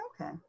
Okay